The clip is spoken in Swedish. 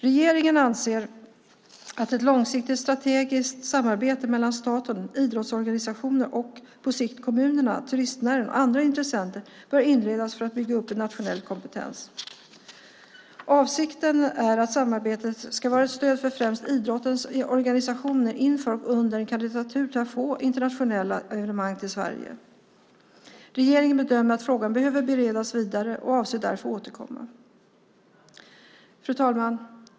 Regeringen anser att ett långsiktigt strategiskt samarbete mellan staten, idrottsorganisationer och på sikt kommunerna, turistnäringen och andra intressenter bör inledas för att bygga upp en nationell kompetens. Avsikten är att samarbetet ska vara ett stöd för främst idrottens organisationer inför och under en kandidatur för att få internationella evenemang till Sverige. Regeringen bedömer att frågan behöver beredas vidare och avser därför att återkomma. Fru talman!